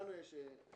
אני הולך איתכם.